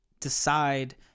decide